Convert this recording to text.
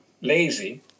lazy